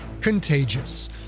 Contagious